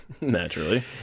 Naturally